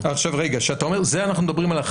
זה אנחנו מדברים על ה-11,500?